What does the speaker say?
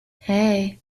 hey